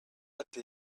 apl